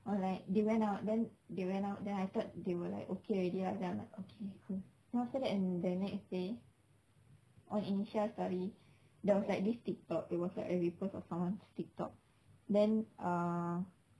on like they went out and then they went out then they were like okay already then I'm like okay cool then after that the next day on insha story there was like this tiktok it was like a repost of someone's tiktok then ah